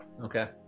Okay